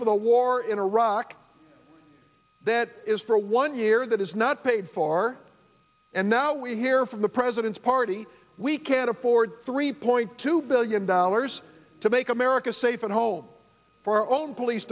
for the war in iraq that is for one year that is not paid for and now we hear from the president's party we can't afford three point two billion dollars to make america safe at home for our own police